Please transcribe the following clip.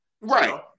Right